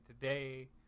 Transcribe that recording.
today